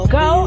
go